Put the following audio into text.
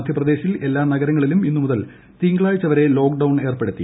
മധ്യപ്രദേശിൽ എല്ലാ നഗരങ്ങളിലും ഇന്നുമുതൽ തിങ്കളാഴ്ച വരെ ലോക്ട്ഡ്ജ്ൺ ഏർപ്പെടുത്തി